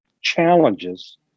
challenges